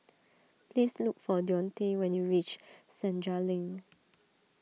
please look for Deonte when you reach Senja Link